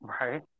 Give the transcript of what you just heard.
Right